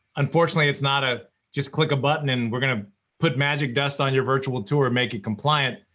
unfortunately it's not a just click a button and we're going to put magic dust on your virtual tour and make it compliant,